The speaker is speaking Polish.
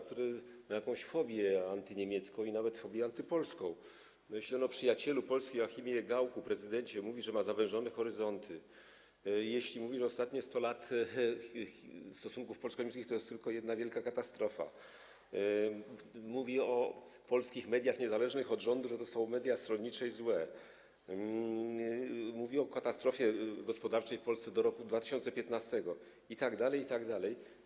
który ma jakąś fobię antyniemiecką i nawet fobię antypolską, jeśli on o przyjacielu Polski Joachimie Gaucku, prezydencie, mówi, że ma zawężone horyzonty, i jeśli mówi, że ostatnie sto lat stosunków polsko-niemieckich to jest tylko jedna wielka katastrofa, mówi o polskich mediach niezależnych od rządu, że to są media stronnicze i złe, mówi o katastrofie gospodarczej w Polsce do roku 2015 itd., itd.